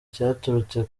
cyaturutse